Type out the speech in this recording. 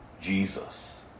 Jesus